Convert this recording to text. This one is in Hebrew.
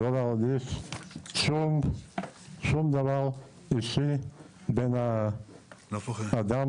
לא להרגיש שום דבר אישי בין המטופל לאדם